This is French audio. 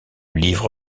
livre